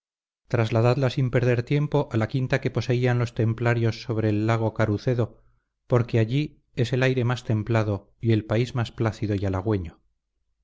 trasladadla sin perder tiempo a la quinta que poseían los templarios sobre el lago carucedo porque allí es el aire más templado y el país más plácido y